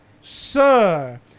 sir